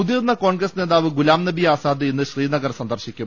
മുതിർന്ന കോൺഗ്രസ് നേതാവ് ഗുലാംനബി ആസാദ് ഇന്ന് ശ്രീനഗർ സന്ദർശിക്കും